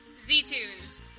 Z-Tunes